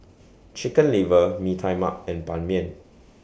Chicken Liver Mee Tai Mak and Ban Mian